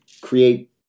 create